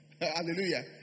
Hallelujah